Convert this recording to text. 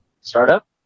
startup